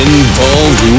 involved